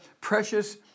precious